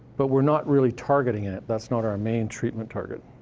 but we're not really targeting it that's not our main treatment target.